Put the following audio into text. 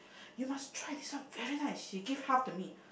you must try this one very nice she give half to me